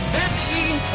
vaccine